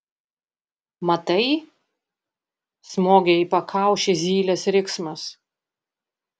matai smogė į pakaušį zylės riksmas